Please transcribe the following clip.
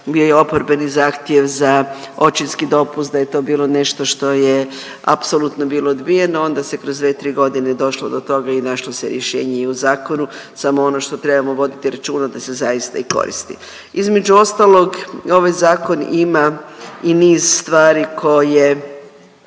bio je oporbeni zahtjev za očinski dopust, da je to bilo nešto što je apsolutno bilo odbijeno, onda se kroz 2-3.g. došlo do toga i našlo se rješenje i u zakonu, samo ono što trebamo voditi računa da se zaista i koristi. Između ostalog ovaj zakon ima i niz stvari koje,